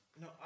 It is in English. No